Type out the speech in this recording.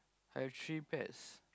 I have three pairs